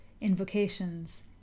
invocations